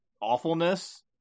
awfulness